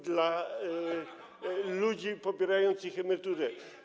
dla ludzi pobierających emerytury.